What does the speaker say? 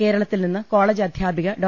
കേരളത്തിൽ നിന്ന് കോളജ് അധ്യാ പിക ഡോ